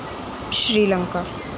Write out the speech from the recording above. Sri Lanka